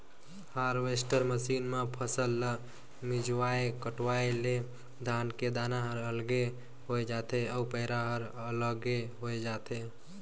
harvester machine म फसल ल मिंजवाय कटवाय ले धान के दाना हर अलगे होय जाथे अउ पैरा हर अलगे होय जाथे